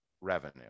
revenue